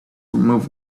removed